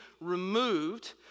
removed